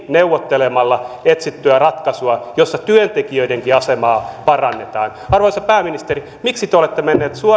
neuvottelemalla etsittyä ratkaisua jossa työntekijöidenkin asemaa parannetaan arvoisa pääministeri miksi te olette menneet